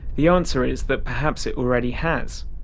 the answer is that perhaps it already has.